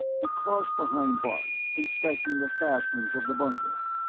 he crossed behind bart, inspecting the fastenings of the bunker.